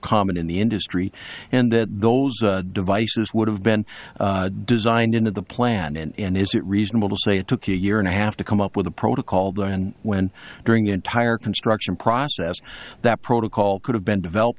common in the industry and that those devices would have been designed into the plan and is it reasonable to say it took a year and a half to come up with a protocol there and when during the entire construction process that protocol could have been developed